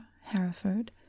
Hereford